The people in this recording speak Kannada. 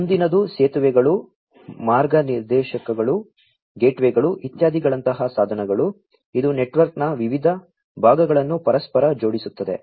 ಮುಂದಿನದು ಸೇತುವೆಗಳು ಮಾರ್ಗನಿರ್ದೇಶಕಗಳು ಗೇಟ್ವೇಗಳು ಇತ್ಯಾದಿಗಳಂತಹ ಸಾಧನಗಳು ಇದು ನೆಟ್ವರ್ಕ್ನ ವಿವಿಧ ಭಾಗಗಳನ್ನು ಪರಸ್ಪರ ಜೋಡಿಸುತ್ತದೆ